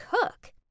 cook